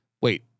Wait